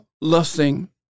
lusting